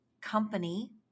company